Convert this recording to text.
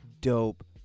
dope